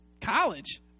college